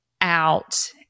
out